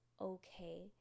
okay